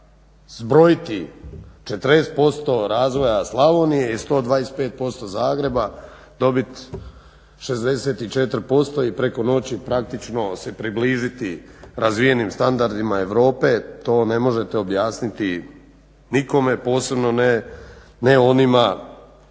zbrojiti 40% razvoja Slavonije i 125% Zagreba, dobiti 64% i preko noći praktično se približiti razvijenim standardima Europe to ne možete objasniti nikome posebno ne onima